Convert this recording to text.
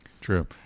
True